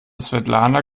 svetlana